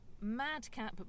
madcap